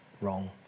wrong